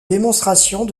démonstrations